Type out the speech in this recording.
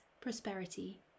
prosperity